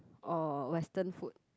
or western food